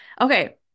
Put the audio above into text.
okay